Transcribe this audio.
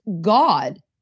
God